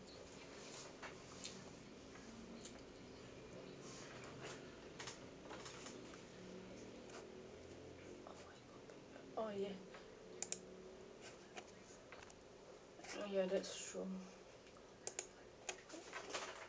oh yeah ya that's true